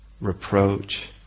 reproach